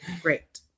Great